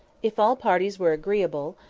if all parties were agreeable,